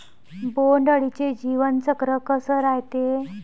बोंड अळीचं जीवनचक्र कस रायते?